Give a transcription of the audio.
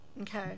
Okay